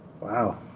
Wow